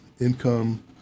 income